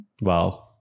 wow